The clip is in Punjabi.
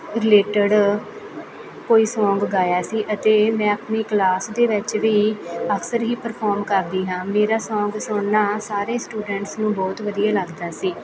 ਰਿਲੇਟਡ ਕੋਈ ਸੌਂਗ ਗਾਇਆ ਸੀ ਅਤੇ ਮੈਂ ਆਪਣੀ ਕਲਾਸ ਦੇ ਵਿੱਚ ਵੀ ਅਕਸਰ ਹੀ ਪਰਫੋਰਮ ਕਰਦੀ ਹਾਂ ਮੇਰਾ ਸੌਂਗ ਸੁਣਨਾ ਸਾਰੇ ਸਟੂਡੈਂਟਸ ਨੂੰ ਬਹੁਤ ਵਧੀਆ ਲੱਗਦਾ ਸੀ